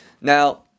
now